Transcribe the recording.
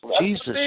Jesus